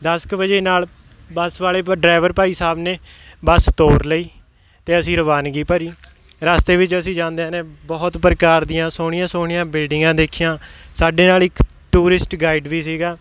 ਦਸ ਕੁ ਵਜੇ ਨਾਲ ਬੱਸ ਵਾਲੇ ਡਰੈਵਰ ਭਾਈ ਸਾਹਿਬ ਨੇ ਬੱਸ ਤੋਰ ਲਈ ਅਤੇ ਅਸੀਂ ਰਵਾਨਗੀ ਭਰੀ ਰਸਤੇ ਵਿੱਚ ਅਸੀਂ ਜਾਂਦਿਆਂ ਨੇ ਬਹੁਤ ਪ੍ਰਕਾਰ ਦੀਆਂ ਸੋਹਣੀਆਂ ਸੋਹਣੀਆਂ ਬਿਲਡਿੰਗਾਂ ਦੇਖੀਆਂ ਸਾਡੇ ਨਾਲ ਇੱਕ ਟੂਰਿਸਟ ਗਾਈਡ ਵੀ ਸੀਗਾ